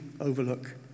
overlook